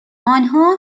آنها